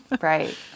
Right